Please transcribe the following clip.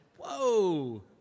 whoa